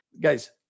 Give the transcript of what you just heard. guys